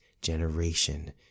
generation